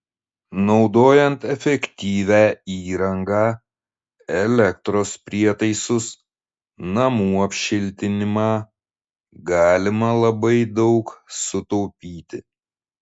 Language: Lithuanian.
naudojant efektyvią įrangą elektros prietaisus namų apšiltinimą galima labai daug sutaupyti